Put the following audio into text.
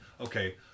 okay